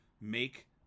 make